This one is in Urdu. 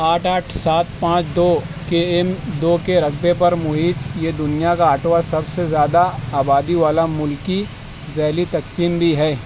آٹھ آٹھ سات پانچ دو کے ایم دو کے رقبے پر محیط یہ دنیا کا آٹھواں سب سے زیادہ آبادی والا ملکی ذیلی تقسیم بھی ہے